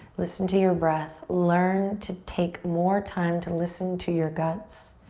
listen to your breath. learn to take more time to listen to your guts,